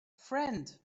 friend